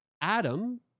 Adam